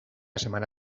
semana